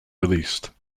released